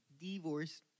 Divorce